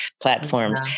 platforms